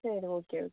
சரி okay okay